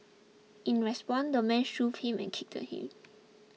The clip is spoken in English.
in response the man shoved him and kicked him